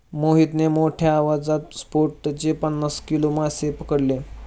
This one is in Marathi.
मोहितने मोठ्ठ्या आवाजाच्या स्फोटाने पन्नास किलो मासे पकडले